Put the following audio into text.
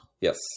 Yes